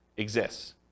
exists